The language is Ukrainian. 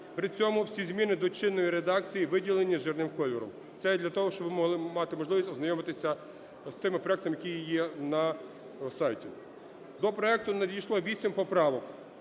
При цьому всі зміни до чинної редакції виділені жирним кольором. Це для того, щоб ви могли мати можливість ознайомитися з цими проектами, які є на сайті. До проекту надійшло 8 поправок.